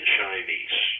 chinese